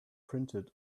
printed